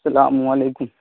السلام علیکم